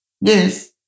Yes